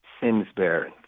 Simsbury